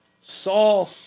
Saul